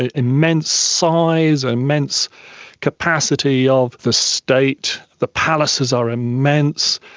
ah immense size, immense capacity of the state, the palaces are immense.